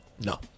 No